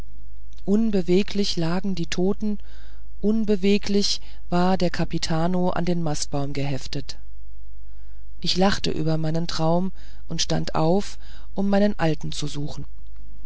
unbeweglich lagen die toten unbeweglich war der kapitano an den mastbaum geheftet ich lachte über meinen traum und stand auf um meinen alten zu suchen